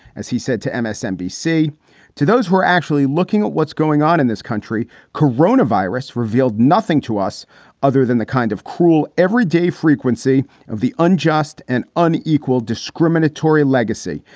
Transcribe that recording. as he said to msnbc, to those who are actually looking at what's going on in this country. corona virus revealed nothing to us other than the kind of cruel everyday frequency of the unjust and unequal discriminatory legacy,